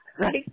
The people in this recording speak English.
right